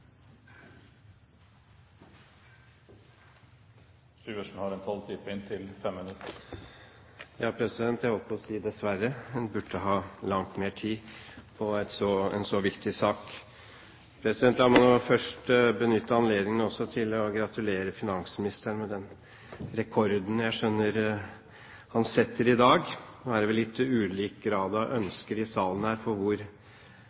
har en taletid på inntil 5 minutter. Jeg holdt på å si dessverre. Man burde ha hatt langt mer tid på en så viktig sak. La meg først benytte anledningen til å gratulere finansministeren med den rekorden jeg skjønner han setter i dag. Nå er det vel litt ulik grad av ønsker i salen her for hvor